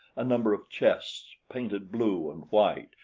a number of chests painted blue and white,